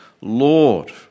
Lord